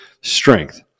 strength